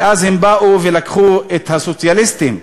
ואז הם באו ולקחו את הסוציאליסטים,